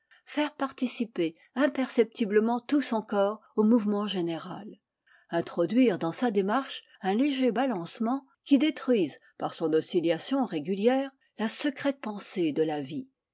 faire participer imperceptiblement tout son corps au mouvement général introduire dans sa démarche un léger balancement qui détruise par son oscillation régulière la secrète pensée de la vie